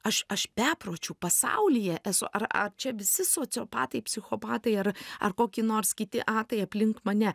aš aš bepročių pasaulyje esu ar ar čia visi sociopatai psichopatai ar ar kokį nors kiti atai aplink mane